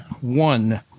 one